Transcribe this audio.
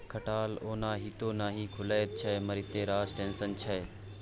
खटाल ओनाहिते नहि खुलैत छै मारिते रास टेंशन छै